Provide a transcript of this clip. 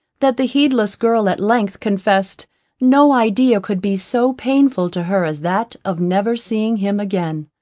that the heedless girl at length confessed no idea could be so painful to her as that of never seeing him again.